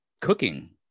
cooking